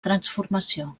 transformació